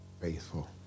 faithful